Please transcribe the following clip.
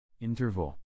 Interval